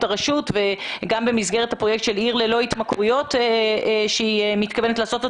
הרשות וגם במסגרת הפרויקט של עיר ללא התמכרויות שהיא מתכוונת לעשות.